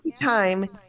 time